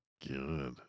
good